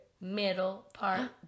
middle-part